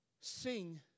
Sing